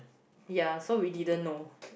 ya so we didn't know